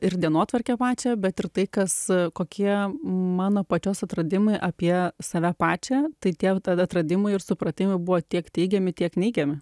ir dienotvarkę pačią bet ir tai kas kokie mano pačios atradimai apie save pačią tai tie jau tada atradimai ir supratimai buvo tiek teigiami tiek neigiami